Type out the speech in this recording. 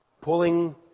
pulling